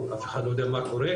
אף אחד לא יודע מה קורה,